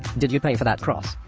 did you pay for that cross?